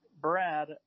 Brad